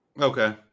Okay